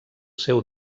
seu